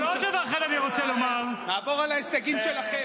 אבל עוד דבר אחד אני רוצה לומר -- נעבור על ההישגים שלכם.